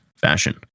fashion